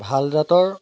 ভাল জাতৰ